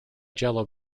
jello